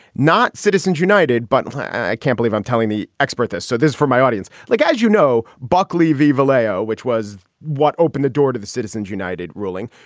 not citizens united, but i can't believe i'm telling the expert that. so this for my audience, like, as you know, buckley v. valeo, which was what opened the door to the citizens united ruling.